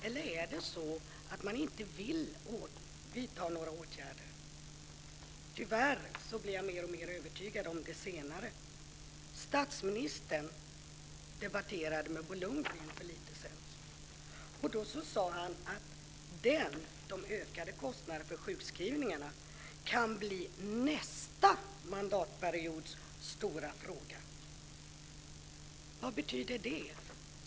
Eller är det så att man inte vill vidta några åtgärder? Tyvärr blir jag mer och mer övertygad om det senare. Statsministern debatterade med Bo Lundgren för en tid sedan, och då sade han att de ökade kostnaderna för sjukskrivningarna kan bli nästa mandatperiods stora fråga. Vad betyder det?